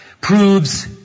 proves